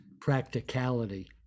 practicality